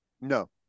No